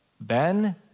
Ben